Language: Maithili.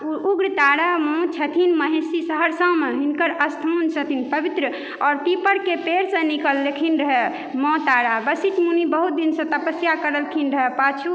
उग्रतारा माँ छथिन महिषी सहरसामे हिनकर स्थान छथिन पवित्र आओर पीपरके पेड़ से निकललखिन रहै माँ तारा वशिष्ठ मुनि बहुत दिन सऽ तपस्या करलखिन रहै पाछू